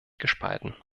gespalten